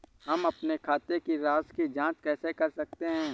हम अपने खाते की राशि की जाँच कैसे कर सकते हैं?